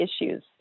issues